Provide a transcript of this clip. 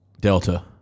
Delta